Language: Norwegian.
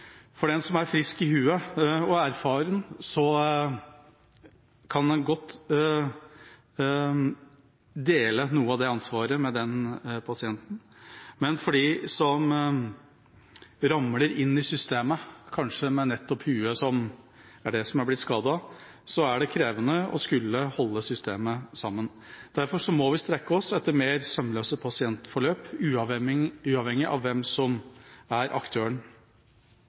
Den som er frisk i hodet og erfaren, kan godt dele noe av det ansvaret, men for dem som ramler inn i systemet, og kanskje nettopp hodet er det som er blitt skadet, er det krevende å skulle holde systemet sammen. Derfor må vi strekke oss etter mer sømløse pasientforløp, uavhengig av hvem som er aktøren.